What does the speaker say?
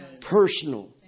personal